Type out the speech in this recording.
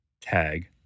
Tag